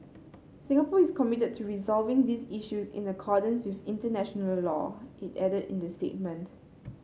Singapore is committed to resolving these issues in accordance with international law it added in the statement